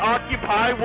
Occupy